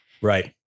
Right